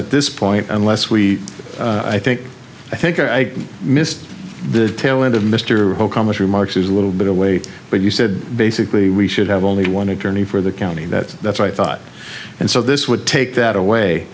at this point unless we i think i think i missed the tail end of mr obama's remarks is a little bit away but you said basically we should have only one attorney for the county that that's what i thought and so this would take that away